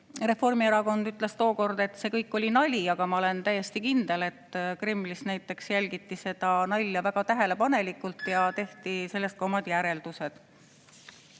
Reformierakond ütles tookord, et see kõik oli nali, aga ma olen täiesti kindel, et näiteks Kremlist jälgiti seda nalja väga tähelepanelikult ja tehti sellest ka omad järeldused.